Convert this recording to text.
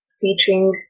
teaching